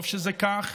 טוב שזה כך